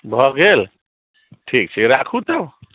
भऽ गेल ठीक छै राखू तब